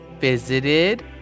visited